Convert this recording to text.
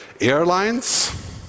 Airlines